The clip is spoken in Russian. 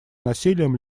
насилием